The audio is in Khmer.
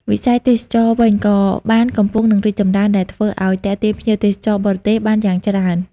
វិស័យទេសចរណ៍វិញ ក៏បានកំពុងនឹងរីកចម្រើនដែលធ្វើអោយទាក់ទាញភ្ញៀវទេសចរបរទេសបានយ៉ាងច្រើន។